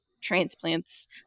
transplants